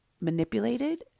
manipulated